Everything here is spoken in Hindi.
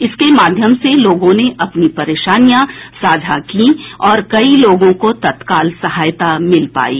इसके माध्यम से लोगों ने अपनी परेशानियां साझा कीं और कई लोगों को तत्काल सहायता भिल पायी